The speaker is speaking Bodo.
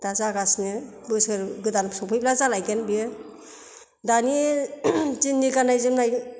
दा जागासिनो बोसोर गोदान सफैब्ला जालायगोन बियो दानि जोंनि गाननाय जोमनाय